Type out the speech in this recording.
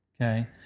okay